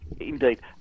Indeed